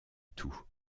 tout